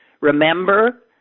remember